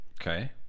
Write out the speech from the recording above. Okay